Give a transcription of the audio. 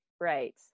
Right